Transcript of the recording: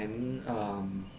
then um